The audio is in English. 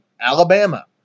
Alabama